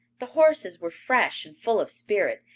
the horses were fresh and full of spirit,